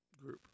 group